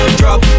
drop